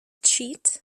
cheat